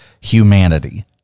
humanity